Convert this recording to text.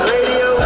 Radio